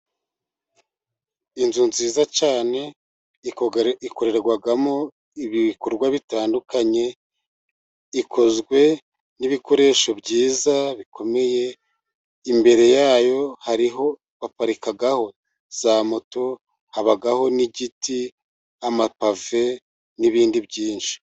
Inzu nziza cyane, ikorerwamo ibikorwa bitandukanye ,ikozwe n'ibikoresho byiza bikomeye, imbere yayo hariho, baparikaho za moto, habaho n'igiti, amapave n'ibindi byinshi.